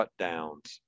shutdowns